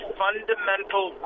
fundamental